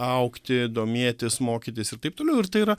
augti domėtis mokytis ir taip toliau ir tai yra